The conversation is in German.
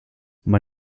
man